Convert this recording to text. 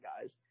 guys